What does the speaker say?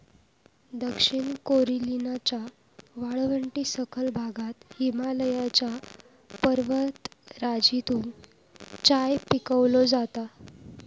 दक्षिण कॅरोलिनाच्या वाळवंटी सखल भागात हिमालयाच्या पर्वतराजीतून चाय पिकवलो जाता